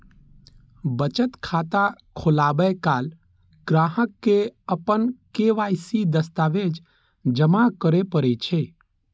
बचत खाता खोलाबै काल ग्राहक कें अपन के.वाई.सी दस्तावेज जमा करय पड़ै छै